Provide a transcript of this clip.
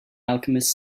alchemist